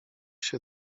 się